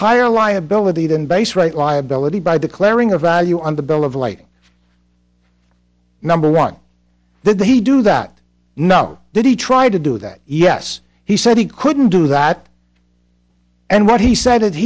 higher liability than base rate liability by declaring a value on the bill of lading number one did they do that no did he try to do that yes he said he couldn't do that and what he said